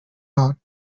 north